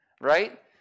right